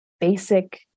basic